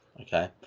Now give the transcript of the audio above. Okay